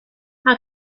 how